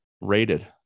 rated